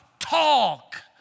Talk